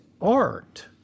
art